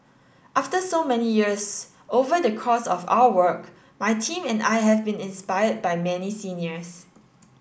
after so many years over the course of our work my team and I have been inspired by many seniors